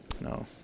No